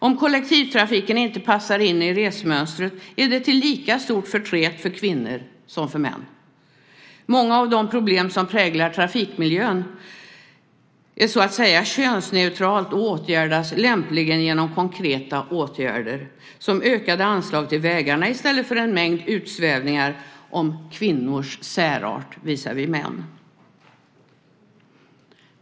Om kollektivtrafiken inte passar in i resmönstret är det till lika stort förtret för kvinnor som för män. Många av de problem som präglar trafikmiljön är så att säga könsneutrala och åtgärdas lämpligen genom konkreta åtgärder såsom ökade anslag till vägarna i stället för en mängd utsvävningar om kvinnors särart visavi män.